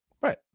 Right